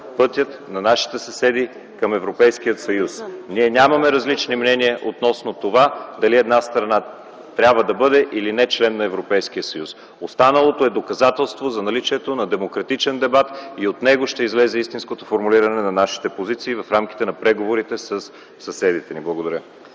пътя на нашите съседи към Европейския съюз. Ние нямаме различни мнения относно това дали една страна трябва да бъде, или не, член на Европейския съюз. Останалото е доказателство за наличието на демократичен дебат и от него ще излезе истинското формулиране на нашите позиции в рамките на преговорите със съседите ни. Благодаря.